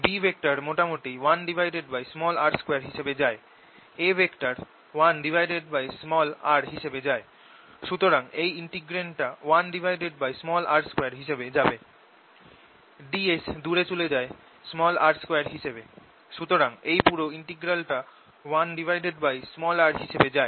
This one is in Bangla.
Bমোটামুটি 1r2 হিসেবে যায় A 1r হিসেবে যায় সুতরাং এই ইন্টিগ্রেন্ড টা 1r3 হিসেবে যাবে ds দুরে চলে যায় r2 হিসেবে সুতরাং এই পুরো ইন্টিগ্রাল টা 1r হিসেবে যায়